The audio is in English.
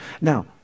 Now